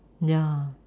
ya